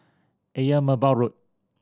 Ayer Merbau Road